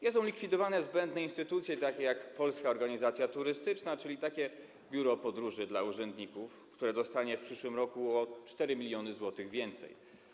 Nie są likwidowane zbędne instytucje, takie jak Polska Organizacja Turystyczna, czyli takie biuro podróży dla urzędników, które dostanie w przyszłym roku o 4 mln zł więcej.